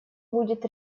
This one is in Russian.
будет